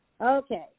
Okay